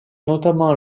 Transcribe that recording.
notamment